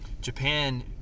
Japan